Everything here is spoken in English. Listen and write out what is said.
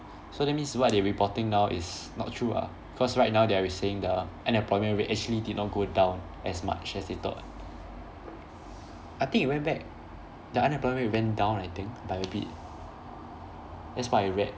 so that means what they reporting now is not true ah cause right now they're saying the unemployment rate actually did not go down as much as they thought I think it went back the unemployment rate went down I think by a bit that's what I read